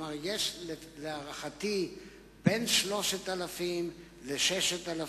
להערכתי יש בין 3,000 ל-6,000